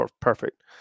perfect